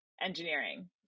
engineering